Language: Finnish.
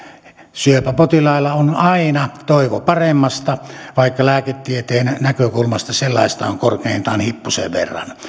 syöpäpotilailla on aina toivo paremmasta vaikka lääketieteen näkökulmasta sellaista on korkeintaan hippusen verran